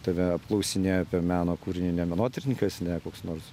tave apklausinėja apie meno kūrinį ne menotyrininkas ne koks nors